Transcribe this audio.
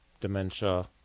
dementia